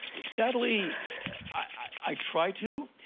sadly i try to.